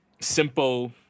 simple